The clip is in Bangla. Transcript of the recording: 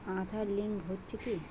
আঁধার লিঙ্ক হচ্ছে কি?